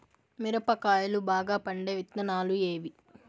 మిరప కాయలు బాగా పండే విత్తనాలు ఏవి